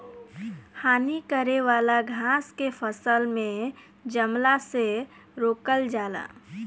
हानि करे वाला घास के फसल में जमला से रोकल जाला